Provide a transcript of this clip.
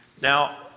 Now